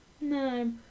No